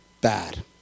bad